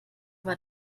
war